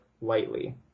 lightly